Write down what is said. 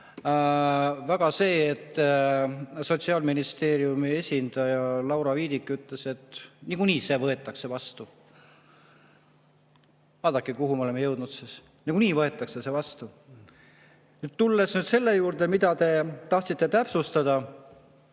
väga, et Sotsiaalministeeriumi esindaja Laura Viidik ütles, et niikuinii see võetakse vastu. Vaadake, kuhu me oleme jõudnud: nagunii võetakse see vastu! Tulles selle juurde, mida te tahtsite täpsustada,